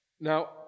Now